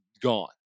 gone